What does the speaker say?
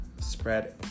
spread